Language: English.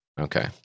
Okay